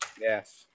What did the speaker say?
yes